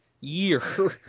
year